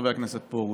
חבר הכנסת פרוש,